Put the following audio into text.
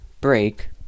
break